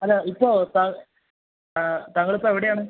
അല്ല ഇപ്പോൾ താങ്കൾ ഇപ്പം എവിടെയാണ്